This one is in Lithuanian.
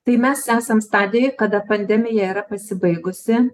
tai mes esam stadijoj kada pandemija yra pasibaigusi